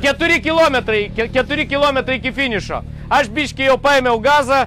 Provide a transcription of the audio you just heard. keturi kilometrai ke keturi kilometrai iki finišo aš biškį jau paėmiau gazą